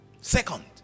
Second